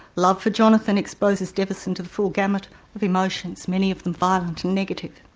love for jonathan exposes deveson to the full gamut of emotions, many of them violent and negative.